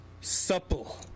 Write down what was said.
supple